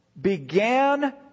began